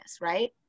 right